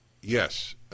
Yes